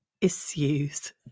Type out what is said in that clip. issues